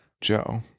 Joe